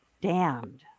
Damned